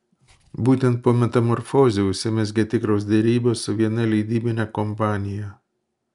būtent po metamorfozių užsimezgė tikros derybos su viena leidybine kompanija